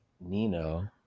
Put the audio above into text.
Nino